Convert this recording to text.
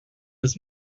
his